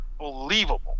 unbelievable